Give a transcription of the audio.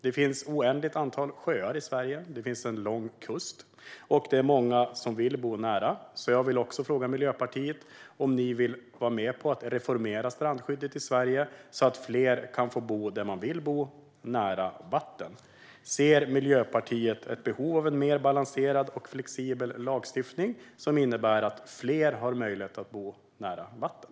Det finns ett oändligt antal sjöar i Sverige och en lång kust. Många vill bo nära, så jag vill också fråga Miljöpartiet om ni vill vara med på att reformera strandskyddet i Sverige så att fler kan få bo där de vill bo, nära vatten. Ser Miljöpartiet ett behov av en mer balanserad och flexibel lagstiftning som innebär att fler har möjlighet att bo nära vatten?